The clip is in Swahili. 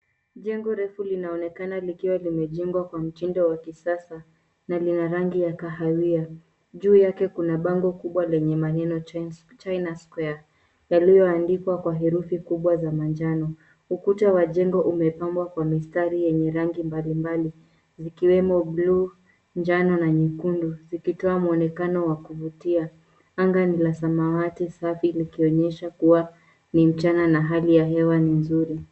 Jengo refu linaonekana likiwa limejengwa kwa mtindo wa kisasa. Ni la rangi ya kahawia. Juu yake kuna bango kubwa lenye maneno China Square yaliyoandikwa kwa herufi kubwa za manjano. Ukuta wa jengo umepambwa kwa mistari yenye rangi mbalimbali zikiwemo buluu, njano na nyekundu, zikitoa muonekano wa kuvutia. Anga ni la samawati safi; likionyesha kuwa ni mchana na hali ya hewa ni nzuri.